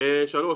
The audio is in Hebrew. שלוש,